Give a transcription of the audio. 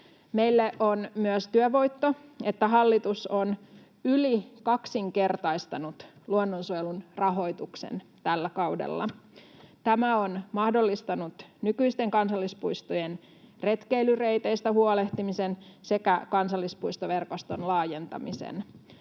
Meille on myös työvoitto, että hallitus on yli kaksinkertaistanut luonnonsuojelun rahoituksen tällä kaudella. Tämä on mahdollistanut nykyisten kansallispuistojen retkeilyreiteistä huolehtimisen sekä kansallispuistoverkoston laajentamisen.